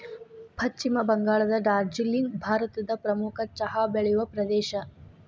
ಪಶ್ಚಿಮ ಬಂಗಾಳದ ಡಾರ್ಜಿಲಿಂಗ್ ಭಾರತದ ಪ್ರಮುಖ ಚಹಾ ಬೆಳೆಯುವ ಪ್ರದೇಶ